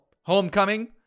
Homecoming